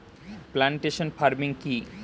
Plantation farming কি?